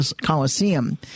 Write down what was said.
Coliseum